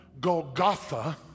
Golgotha